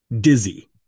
dizzy